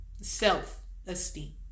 Self-esteem